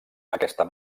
aquesta